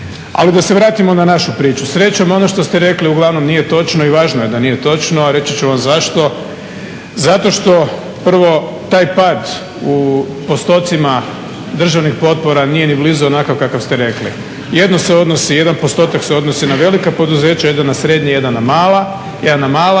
Ali da se vratimo na našu priču. Srećom ono što ste rekli uglavnom nije točno i važno je da nije točno, a reći ću vam zašto Zato što prvo taj pad u postocima državnih potpora nije ni blizu onakav kakav ste rekli. Jedan postotak se odnosi na velika poduzeća, jedan na srednji, jedan na mala,